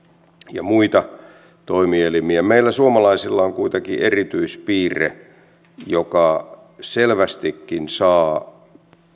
ja muita toimielimiä ja meillä suomalaisilla on erityispiirre joka selvästikin saa